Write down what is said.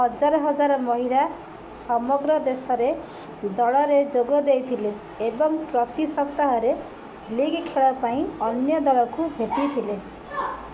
ହଜାର ହଜାର ମହିଳା ସମଗ୍ର ଦେଶରେ ଦଳରେ ଯୋଗ ଦେଇଥିଲେ ଏବଂ ପ୍ରତି ସପ୍ତାହରେ ଲିଗ୍ ଖେଳ ପାଇଁ ଅନ୍ୟ ଦଳକୁ ଭେଟିଥିଲେ